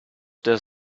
does